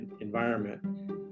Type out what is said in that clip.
environment